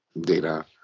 data